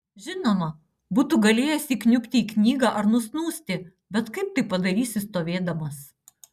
žinoma būtų galėjęs įkniubti į knygą ar nusnūsti bet kaip tai padarysi stovėdamas